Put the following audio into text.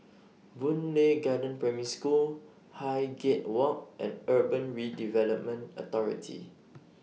Boon Lay Garden Primary School Highgate Walk and Urban Redevelopment Authority